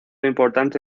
importante